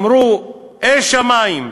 אמרו: אי שמים,